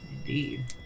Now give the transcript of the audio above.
Indeed